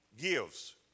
gives